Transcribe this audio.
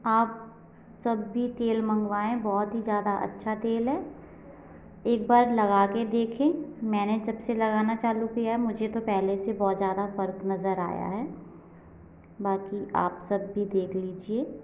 आप सब भी तेल मंगवाऍं बहुत ही ज्यादा अच्छा तेल है एक बार लगा के देखें मैंने जब से लगाना चालू किया मुझे तो पहले से बहुत ज्यादा फ़र्क नज़र आया है बाकी आप सब भी देख लीजिए